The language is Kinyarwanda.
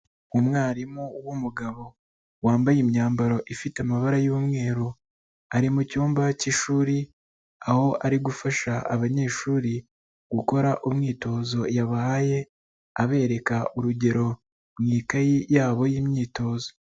Umwarimu w'umugabo, wambaye imyambaro ifite amabara y'umweru, ari mu cyumba cy'ishuri aho ari gufasha abanyeshuri gukora umwitozo yabahaye, abereka urugero mu ikayi yabo y'imyitozo.